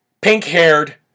pink-haired